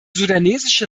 sudanesische